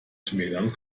schmälern